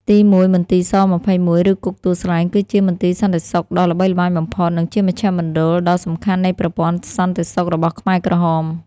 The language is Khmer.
ទីមួយ មន្ទីរ ស-២១ ឬគុកទួលស្លែង គឺជាមន្ទីរសន្តិសុខដ៏ល្បីល្បាញបំផុត និងជាមជ្ឈមណ្ឌលដ៏សំខាន់នៃប្រព័ន្ធសន្តិសុខរបស់ខ្មែរក្រហម។